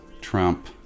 trump